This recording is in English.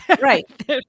Right